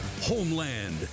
Homeland